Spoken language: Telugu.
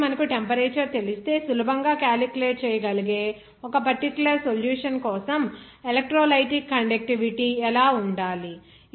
కాబట్టి మనకు టెంపరేచర్ తెలిస్తే సులభంగా క్యాలిక్యులేట్ చేయగలిగే ఒక పర్టిక్యులర్ సొల్యూషన్ కోసం ఎలెక్ట్రోలైటిక్ కండక్టివిటీ ఎలా ఉండాలి